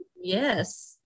Yes